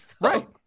right